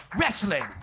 wrestling